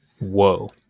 Whoa